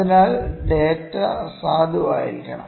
അതിനാൽ ഡാറ്റ സാധുവായിരിക്കണം